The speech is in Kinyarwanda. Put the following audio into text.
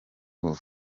wowe